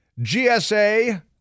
GSA